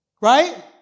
Right